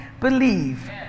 believe